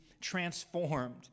transformed